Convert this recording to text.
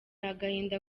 agahinda